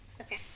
Okay